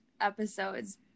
episodes